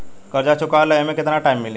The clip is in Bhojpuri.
कर्जा चुकावे ला एमे केतना टाइम मिली?